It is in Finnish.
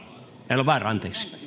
elovaara